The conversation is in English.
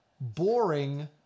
boring